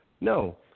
no